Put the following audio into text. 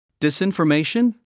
Disinformation